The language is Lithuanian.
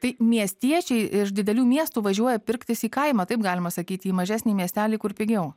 tai miestiečiai iš didelių miestų važiuoja pirktis į kaimą taip galima sakyti į mažesnį miestelį kur pigiau